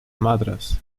madras